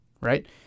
right